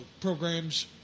programs